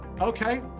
Okay